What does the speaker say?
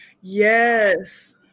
Yes